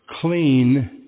clean